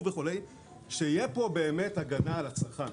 שתהיה פה באמת הגנה על הצרכן.